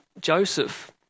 Joseph